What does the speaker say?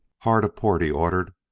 hard a-port! he ordered.